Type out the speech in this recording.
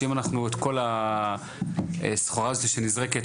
שאם אנחנו את כל הסחורה הזאתי שנזרקת,